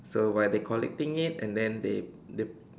so while they collecting it and then they the